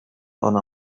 ona